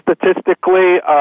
statistically